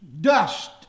dust